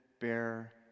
bear